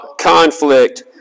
conflict